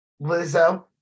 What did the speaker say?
Lizzo